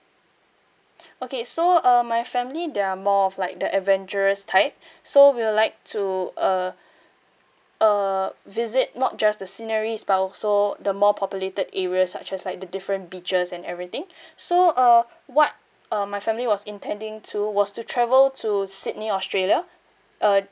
okay so uh my family they're more of like the adventurous type so we'll like to uh uh visit not just the sceneries but also the more populated areas such as like the different beaches and everything so uh what uh my family was intending to was to travel to sydney australia uh